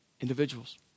individuals